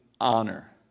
honor